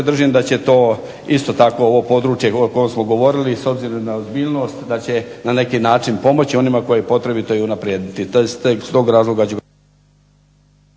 da će to, isto tako ovo područje o kojem smo govorili i s obzirom na ozbiljnost da će na neki način pomoći onima kojima je potrebito i unaprijediti.